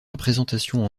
représentation